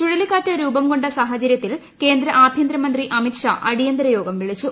ചുഴലിക്കാറ്റ് രൂപം കൊണ്ട സാഹചരൃത്തിൽ കേന്ദ്ര ആഭ്യന്തരമന്ത്രി അമിത് ഷാ അടിയന്തര യോഗം വിളിച്ചു